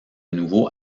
nouveau